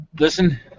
Listen